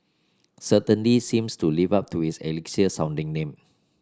certainly seems to live up to its elixir sounding name